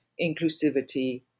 inclusivity